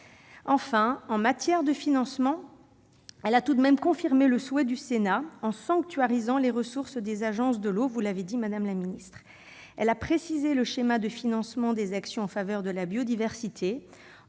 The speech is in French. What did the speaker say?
En matière de financement, elle a tout de même confirmé le souhait du Sénat, en sanctuarisant les ressources des agences de l'eau, vous l'avez dit, madame la secrétaire d'État. Elle a précisé le schéma de financement des actions en faveur de la biodiversité,